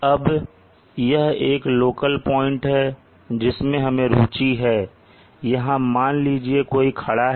अब यह एक लोकल पॉइंट है जिसमें हमें रूचि है यहां मान लीजिए कोई खड़ा है